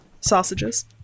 sausages